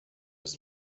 his